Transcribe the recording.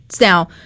Now